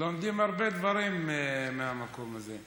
לומדים הרבה דברים מהמקום הזה.